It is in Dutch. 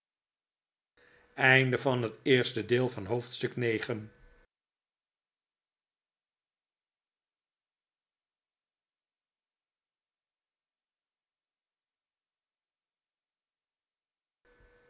oosten van het westen van het